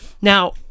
Now